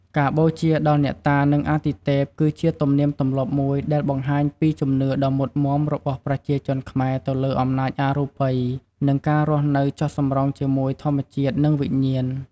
ការបូជាដល់អ្នកតា និងអាទិទេព គឺជាទំនៀមទម្លាប់មួយដែលបង្ហាញពីជំនឿដ៏មុតមាំរបស់ប្រជាជនខ្មែរទៅលើអំណាចអរូបី និងការរស់នៅចុះសម្រុងជាមួយធម្មជាតិ និងវិញ្ញាណ។